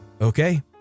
okay